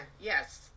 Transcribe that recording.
Yes